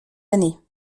années